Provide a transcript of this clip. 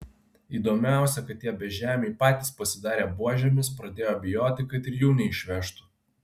įdomiausia kad tie bežemiai patys pasidarė buožėmis pradėjo bijoti kad ir jų neišvežtų